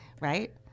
Right